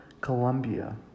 Colombia